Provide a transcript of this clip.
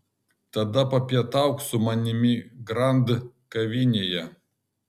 tada papietauk su manimi grand kavinėje